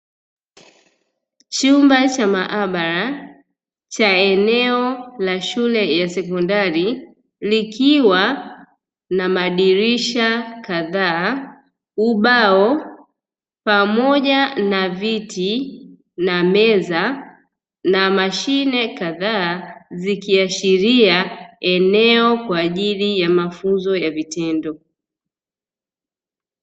Chumba cha maabara cha eneo la shule ya sekondari likiwa na madirisha kadhaa, ubao pamoja na viti na meza na mashine kadhaa zikiashiria eneo kwa ajili ya mafunzo ya vitendo.